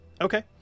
Okay